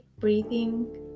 Breathing